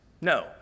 No